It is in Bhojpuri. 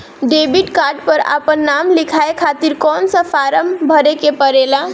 डेबिट कार्ड पर आपन नाम लिखाये खातिर कौन सा फारम भरे के पड़ेला?